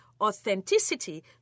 authenticity